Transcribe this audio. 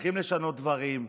צריכים לשנות דברים,